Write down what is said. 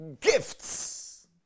gifts